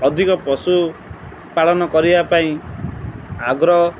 ଅଧିକ ପଶୁ ପାଳନ କରିବା ପାଇଁ ଆଗ୍ରହ